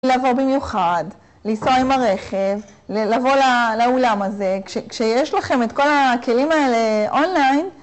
לבוא במיוחד, לנסוע עם הרכב, לבוא לאולם הזה, כשיש לכם את כל הכלים האלה אונליין